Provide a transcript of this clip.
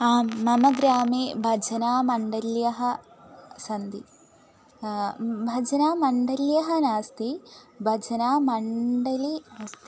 आम् मम ग्रामे भजनमण्डल्यः सन्ति भजनमण्डल्यः नास्ति भजनमण्डली अस्ति